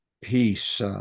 peace